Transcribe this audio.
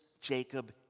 Jacob